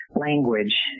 language